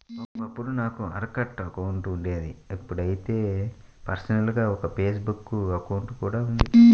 ఒకప్పుడు నాకు Orkut account ఉండేది ఇప్పుడైతే పర్సనల్ గా ఒక ఫేస్ బుక్ అకౌంట్ కూడా ఉంది